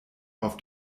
auf